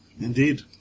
Indeed